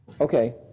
Okay